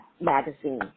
magazine